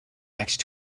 next